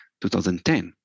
2010